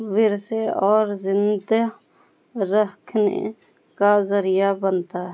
ورثے اور زندہ رکھنے کا ذریعہ بنتا ہے